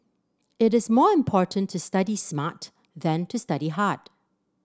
it is more important to study smart than to study hard